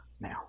now